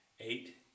eight